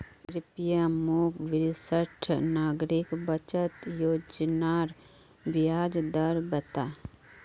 कृप्या मोक वरिष्ठ नागरिक बचत योज्नार ब्याज दर बता